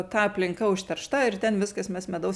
ta aplinka užteršta ir ten viskas mes medaus